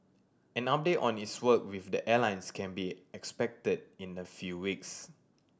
an update on its work with the airlines can be expected in a few weeks